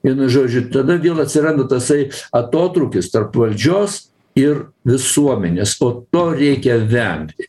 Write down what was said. vienu žodžiu tada vėl atsiranda tasai atotrūkis tarp valdžios ir visuomenės po to reikia vengti